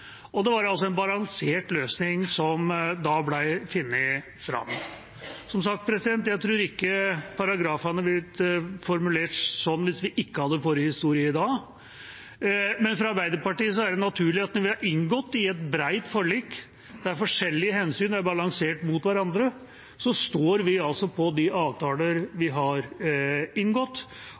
og det var en balansert løsning som det da ble funnet fram til. Som sagt: Jeg tror ikke at paragrafene ville blitt formulert sånn i dag hvis vi ikke hadde en forhistorie. Men for Arbeiderpartiet er det naturlig når vi har inngått i et bredt forlik, der forskjellige hensyn er balansert mot hverandre, at vi står på de avtaler vi har inngått,